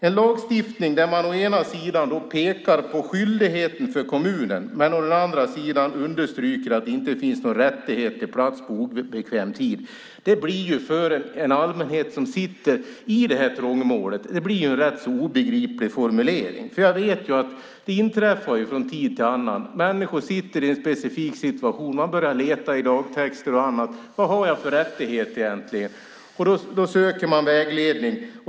En lagstiftning där man å ena sidan pekar på skyldigheten för kommunen och å den andra sidan understryker att det inte finns någon rättighet till plats på obekväm tid blir för en allmänhet som sitter i det här trångmålet rätt så obegriplig. Det inträffar från tid till annan att människor sitter i en specifik situation och börjar leta i lagtexter och annat för att se vad de har för rättigheter. Då söker man vägledning.